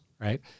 right